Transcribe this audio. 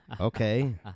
Okay